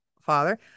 father